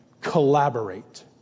collaborate